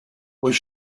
was